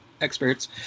experts